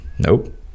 Nope